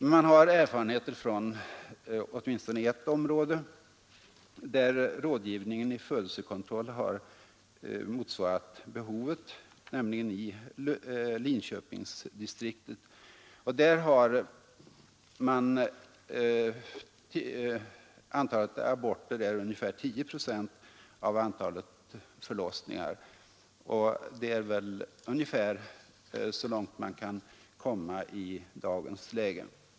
Man har erfarenheter från åtminstone ett område där rådgivningen i födelsekontroll har motsvarat behovet, nämligen Linköpingsdistriktet. Där är antalet aborter ungefär 10 procent av antalet förlossningar. Det är väl ungefär så långt man kan komma i dagens läge.